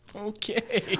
Okay